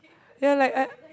ya like I